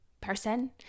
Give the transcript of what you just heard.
person